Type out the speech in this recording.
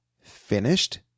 finished